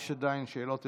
יש עוד שאלות המשך.